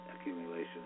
accumulation